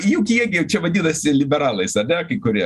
juk jie gi čia vadinasi liberalais ane kai kurie